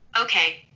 Okay